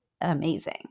amazing